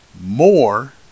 More